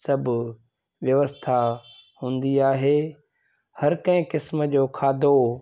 सभु व्यवस्था हूंदी आहे हरे कंहिं क़िस्म जो खाधो